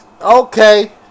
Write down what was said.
okay